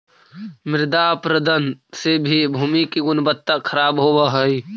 मृदा अपरदन से भी भूमि की गुणवत्ता खराब होव हई